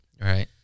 Right